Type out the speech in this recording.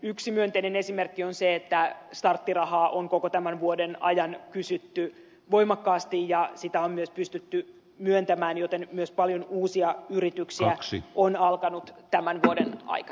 yksi myönteinen esimerkki on se että starttirahaa on koko tämän vuoden ajan kysytty voimakkaasti ja sitä on myös pystytty myöntämään joten myös paljon uusia yrityksiä on alkanut tämän vuoden aikana